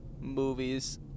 Movies